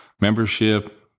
membership